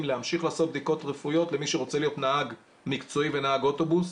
להמשיך לעשות בדיקות רפואיות למי שרוצה להיות נהג מקצועי ונהג אוטובוס.